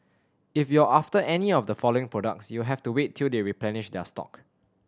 if you're after any of the following products you'll have to wait till they replenish their stock